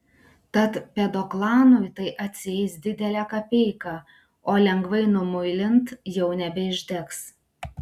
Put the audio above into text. tad pedoklanui tai atsieis didelę kapeiką o lengvai numuilint jau nebeišdegs